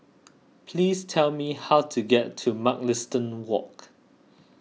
please tell me how to get to Mugliston Walk